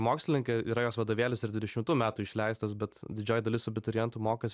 mokslininkė yra jos vadovėlis ir dvidešimtų metų išleistas bet didžioji dalis abiturientų mokos